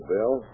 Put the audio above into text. Bill